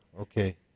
okay